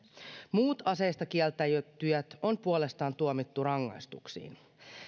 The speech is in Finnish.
muut aseistakieltäytyjät on puolestaan tuomittu rangaistuksiin